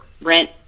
rent